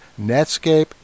Netscape